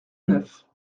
neuf